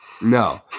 No